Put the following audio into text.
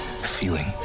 Feeling